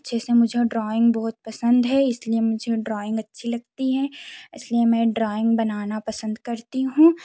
अच्छे से मुझे ड्राइंग बहुत पसंद है इसलिए मुझे ड्राइंग अच्छी लगती है इसलिए मैं ड्राइंग बनाना पसंद करती हूँ